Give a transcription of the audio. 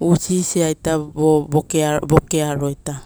usira vovokiaro.